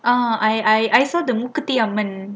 uh I I saw the Mookuthi அம்மன்:mookuthi amman